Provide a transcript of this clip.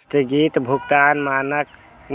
स्थगित भुगतान मानक